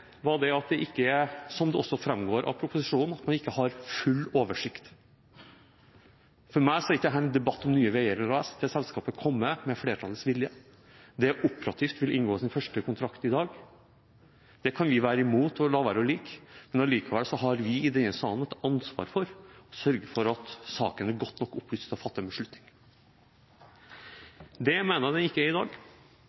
var – som det også framgår av proposisjonen – at man ikke har full oversikt. For meg er ikke dette en debatt om Nye Veier AS. Det selskapet kom med flertallets vilje. Det er operativt og vil inngå sin første kontrakt i dag. Det kan vi være imot og la være å like, men allikevel har vi i denne salen et ansvar for å sørge for at saken er godt nok opplyst til å fatte en beslutning.